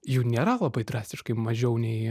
jų nėra labai drastiškai mažiau nei